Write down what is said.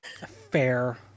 Fair